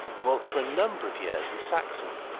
dwelt for a number of years in saxony,